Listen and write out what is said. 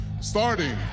Starting